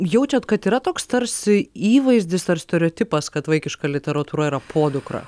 jaučiat kad yra toks tarsi įvaizdis ar stereotipas kad vaikiška literatūra yra podukra